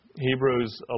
Hebrews